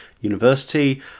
university